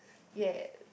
ya